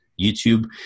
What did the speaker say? YouTube